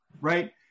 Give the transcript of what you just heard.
right